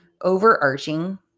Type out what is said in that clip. overarching